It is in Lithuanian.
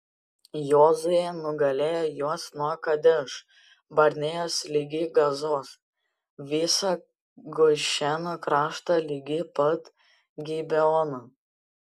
jozuė nugalėjo juos nuo kadeš barnėjos ligi gazos visą gošeno kraštą ligi pat gibeono